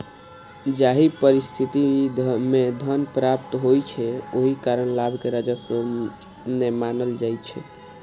जाहि परिस्थिति मे धन प्राप्त होइ छै, ओहि कारण लाभ कें राजस्व नै मानल जाइ छै